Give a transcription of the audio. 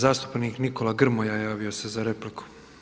Zastupnik Nikola Grmoja javio se za repliku.